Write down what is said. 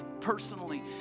personally